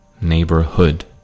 Neighborhood